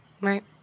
Right